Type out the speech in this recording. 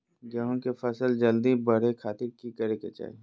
गेहूं के फसल जल्दी बड़े खातिर की करे के चाही?